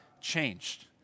changed